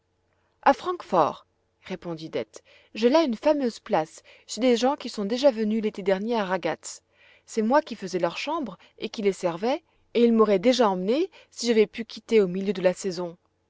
a francfort répondit dete j'ai là une fameuse place chez des gens qui sont déjà venus l'été dernier à ragatz c'est moi qui faisais leurs chambres et qui les servais et ils m'auraient déjà emmenée si j'avais pu quitter au milieu de la saison